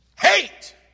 Hate